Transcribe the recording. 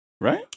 right